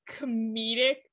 comedic